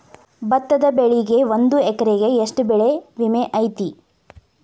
ಭತ್ತದ ಬೆಳಿಗೆ ಒಂದು ಎಕರೆಗೆ ಎಷ್ಟ ಬೆಳೆ ವಿಮೆ ಐತಿ?